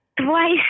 twice